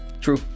True